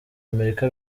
amerika